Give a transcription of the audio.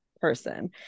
person